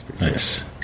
Nice